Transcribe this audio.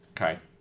Okay